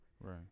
Right